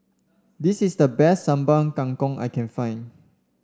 this is the best Sambal Kangkong I can find